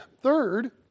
Third